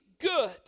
good